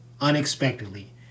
unexpectedly